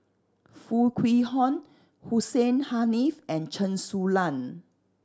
Foo Kwee Horng Hussein Haniff and Chen Su Lan